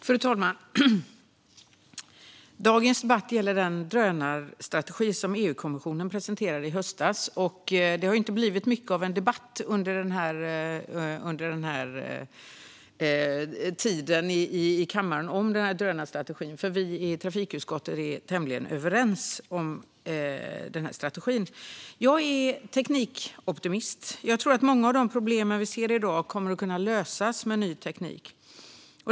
Fru talman! Dagens debatt gäller den drönarstrategi som EU-kommissionen presenterade i höstas. Det har inte blivit mycket debatt i kammaren om drönarstrategin eftersom vi i trafikutskottet är tämligen överens. Jag är teknikoptimist, och jag tror att många av de problem vi ser i dag kommer att lösas med ny teknik.